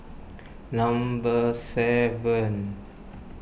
number seven